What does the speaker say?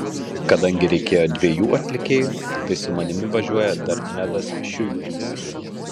kadangi reikėjo dviejų atlikėjų tai su manimi važiuoja dar nedas šiuipys